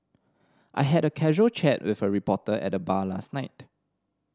I had a casual chat with a reporter at the bar last night